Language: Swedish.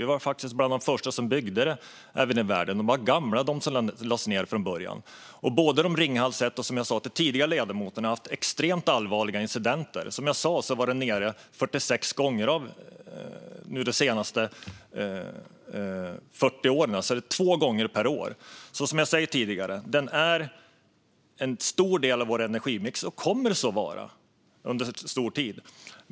Vi var faktiskt bland de första som byggde kärnkraft i världen, och de som lades ned från början var gamla. Både Ringhals 1 och 2 har haft extremt allvarliga incidenter, som jag sa till en ledamot tidigare. Som jag sa var det nere 46 gånger de senaste 40 åren. Som jag sa tidigare är kärnkraften en stor del av vår energimix och kommer att så vara under en lång tid.